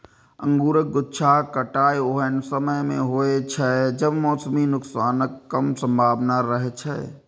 अंगूरक गुच्छाक कटाइ ओहन समय मे होइ छै, जब मौसमी नुकसानक कम संभावना रहै छै